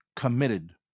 committed